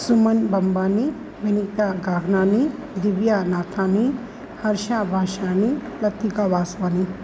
Suman Bambani Neeta Gamnani Divya Nathani Harsha Bhashani Pratika Vaswani